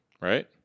right